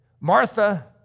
Martha